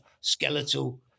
skeletal